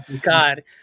God